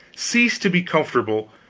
cease to be comfortable,